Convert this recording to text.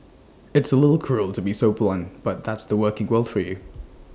it's A little cruel to be so blunt but that's the working world for you